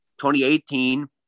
2018